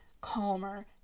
calmer